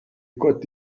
gott